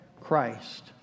Christ